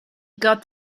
got